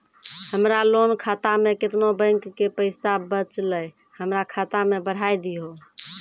हमरा लोन खाता मे केतना बैंक के पैसा बचलै हमरा खाता मे चढ़ाय दिहो?